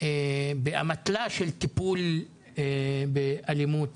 באמתלה של טיפול באלימות